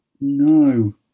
No